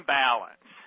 balance